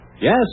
Yes